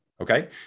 Okay